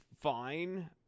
fine